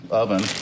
oven